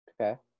Okay